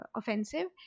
offensive